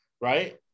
right